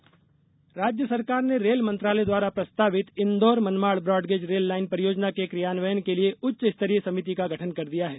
rail समिति राज्य सरकार ने रेल मंत्रालय द्वारा प्रस्तावित Indore Manmad broad gauge rail line परियोजना के क्रियान्वयन के लिए उच्च स्तरीय समिति का गठन कर दिया है